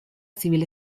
civil